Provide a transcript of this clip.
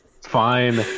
fine